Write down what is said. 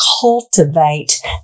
cultivate